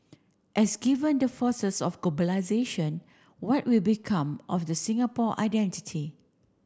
as given the forces of globalisation what will become of the Singapore identity